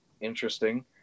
interesting